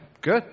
Good